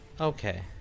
Okay